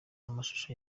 amashusho